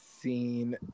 seen